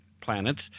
planets